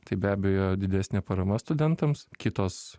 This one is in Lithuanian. tai be abejo didesnė parama studentams kitos